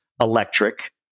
electric